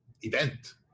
Event